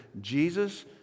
Jesus